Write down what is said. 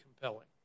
compelling